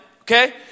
Okay